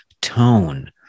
tone